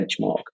benchmark